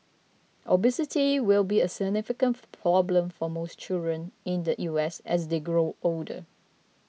obesity will be a significant problem for most children in the U S as they grow older